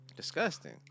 Disgusting